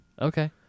Okay